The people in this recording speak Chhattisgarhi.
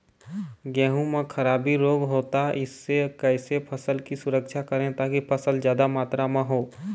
गेहूं म खराबी रोग होता इससे कैसे फसल की सुरक्षा करें ताकि फसल जादा मात्रा म हो?